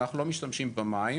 אנחנו לא משתמשים במים.